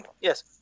yes